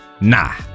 Nah